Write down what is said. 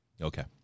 Okay